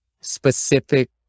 specific